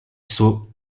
sceau